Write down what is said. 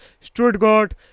Stuttgart